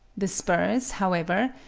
the spurs, however,